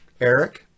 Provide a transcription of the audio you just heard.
Eric